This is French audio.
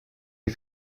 les